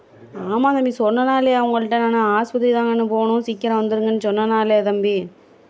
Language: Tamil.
ஆமாம் தம்பி சொன்னேன்னா இல்லையா உங்கள்கிட்ட நான் ஹாஸ்ப்பிட்டல் தான் கண்ணு போகணும் சீக்கிரம் வந்திருங்கன்னு சொன்னேன்னா இல்லையா தம்பி